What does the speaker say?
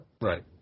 Right